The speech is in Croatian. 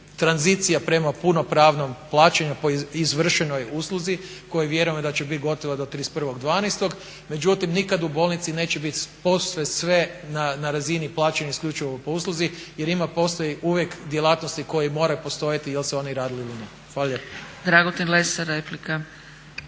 prema punopravnom plaćanju po izvršenoj usluzi koja vjerujemo da će bit gotova do 31.12., međutim nikad u bolnici neće bit posve sve na razini plaćanja isključivo po usluzi jer postoje uvijek djelatnosti koje moraju postojati jel se oni radili ili ne. Hvala